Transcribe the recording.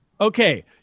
Okay